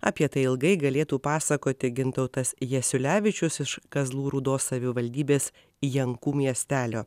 apie tai ilgai galėtų pasakoti gintautas jasiulevičius iš kazlų rūdos savivaldybės jankų miestelio